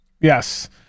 Yes